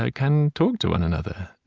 ah can talk to one another.